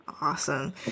Awesome